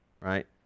Right